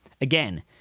Again